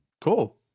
Cool